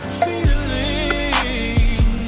feeling